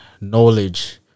knowledge